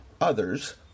Others